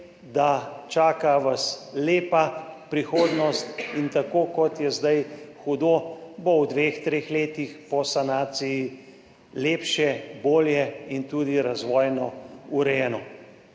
– čaka vas lepa prihodnost in tako, kot je zdaj hudo, bo v dveh, treh letih po sanaciji lepše, bolje in tudi razvojno urejeno.